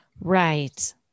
right